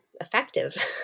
effective